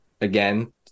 Again